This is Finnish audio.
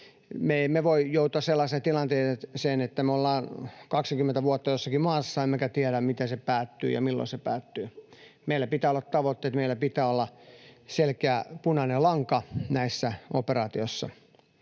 Me emme voi joutua sellaiseen tilanteeseen, että me ollaan 20 vuotta jossakin maassa emmekä tiedä, miten se päättyy ja milloin se päättyy. Meillä pitää olla tavoitteet, meillä pitää olla selkeä punainen lanka näissä operaatioissa.